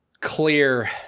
clear